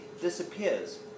disappears